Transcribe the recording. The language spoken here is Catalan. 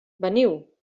veniu